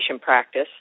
practice